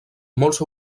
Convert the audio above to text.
molts